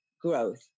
growth